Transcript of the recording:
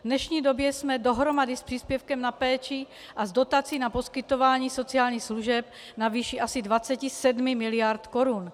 V dnešní době jsme dohromady s příspěvkem na péči a s dotací na poskytování sociálních služeb na výši asi 27 mld. korun.